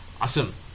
Awesome